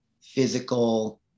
physical